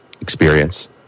experience